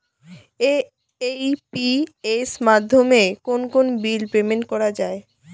AEPS মাধ্যমে কোন কোন বিল পেমেন্ট করা যায়?